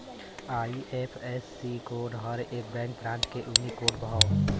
IFSC code हर एक bank branch क यूनिक कोड हौ